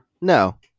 No